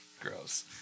Gross